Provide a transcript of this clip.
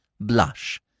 blush